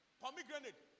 pomegranate